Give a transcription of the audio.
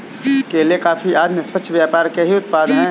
केले, कॉफी आदि निष्पक्ष व्यापार के ही उत्पाद हैं